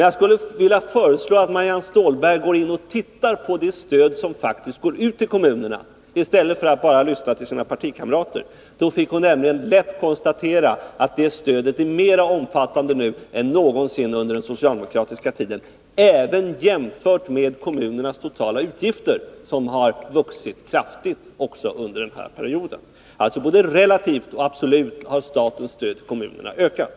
Jag skulle vilja föreslå Marianne Stålberg att se på det stöd som faktiskt går ut till kommunerna i stället för att bara lyssna på sina partikamrater. Då kunde hon nämligen lätt konstatera att det stödet är mer omfattande nu än det någonsin varit under den socialdemokratiska tiden, även jämfört med kommunernas totala utgifter, som har vuxit kraftigt också under den här perioden. Alltså: både relativt och absolut har statens stöd till kommunerna ökat.